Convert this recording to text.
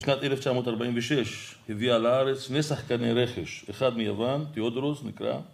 שנת 1946 הביאה לארץ נסח כנראה רכש, אחד מיוון, תיאודורוס נקרא.